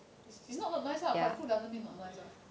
he's not not nice prideful doesn't mean not nice [what]